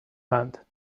hand